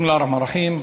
בסם אללה א-רחמאן א-רחים.